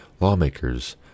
lawmakers